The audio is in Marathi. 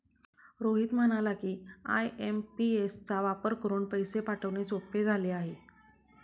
रोहित म्हणाला की, आय.एम.पी.एस चा वापर करून पैसे पाठवणे सोपे झाले आहे